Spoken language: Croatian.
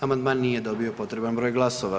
Amandman nije dobio potreban broj glasova.